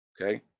Okay